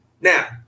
Now